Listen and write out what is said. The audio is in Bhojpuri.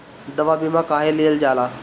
दवा बीमा काहे लियल जाला?